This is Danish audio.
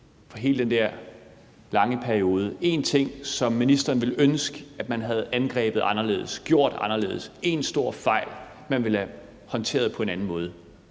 fra hele den der lange periode, én ting, som ministeren ville ønske, man havde angrebet anderledes, havde gjort anderledes, altså én stor fejl, som man ville have håndteret på en anden måde